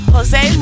Jose